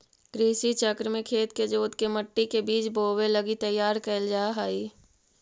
कृषि चक्र में खेत के जोतके मट्टी के बीज बोवे लगी तैयार कैल जा हइ